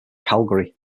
calgary